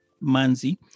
Manzi